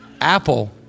Apple